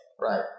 right